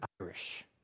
Irish